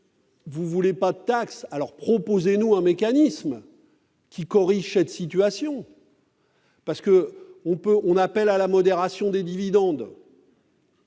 vous ne voulez pas de taxe, proposez-nous un mécanisme qui corrige cette situation ! Nous appelons à la modération des dividendes.